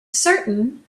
certain